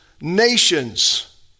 nations